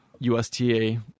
USTA